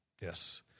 Yes